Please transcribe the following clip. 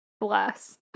Bless